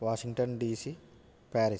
Washington DC Paris